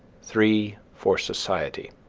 three for society.